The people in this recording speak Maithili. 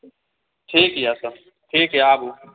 ठीक यऽ तऽ ठीक यऽ आबु